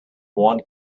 one